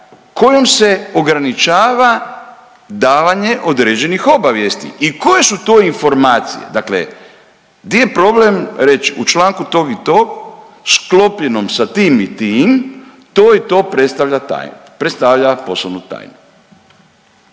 kojom se ograničava davanje određenih obavijesti i koje su to informacije, dakle di je problem reć u članku tom i tom sklopljenom sa tim i tim to i to predstavlja tajnu, predstavlja poslovnu tajnu.